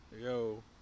Yo